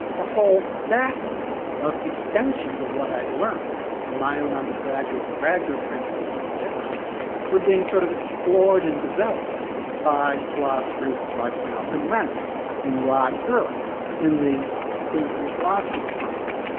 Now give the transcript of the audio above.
a whole basket of extensions of what i'd learned in my own undergraduate and graduate training in logic were being sort of explored and developed by philosophers like malcolm rennie and rod girle in the queensland philosophy department.